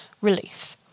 relief